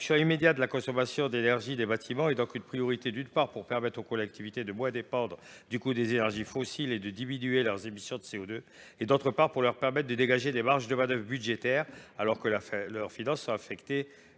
La réduction immédiate de la consommation d’énergie des bâtiments est donc une priorité pour permettre aux collectivités, d’une part, de moins dépendre du coût des énergies fossiles et de diminuer leurs émissions de CO2, d’autre part, de dégager des marges de manœuvre budgétaires alors que leurs finances sont affectées